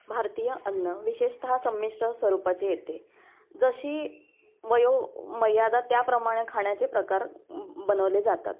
भारतीय अन्न विशेषतः संमिश्र स्वरूपाचे येते जशी वयो मर्यादा त्याप्रमाणे खाण्याचे प्रकार बनवले जातात